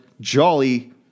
jolly